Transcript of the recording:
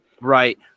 right